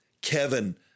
Kevin